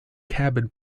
cabin